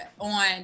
on